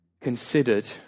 considered